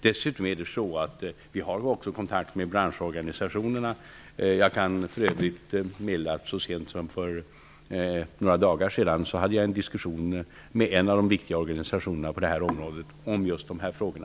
Dessutom har vi också kontakt med branschorganisationerna. Jag kan för övrigt meddela att jag så sent som för några dagar sedan hade en diskussion med en av de viktiga organisationerna på det här området om just de här frågorna.